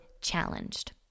CHALLENGED